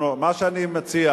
מה שאני מציע